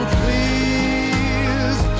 please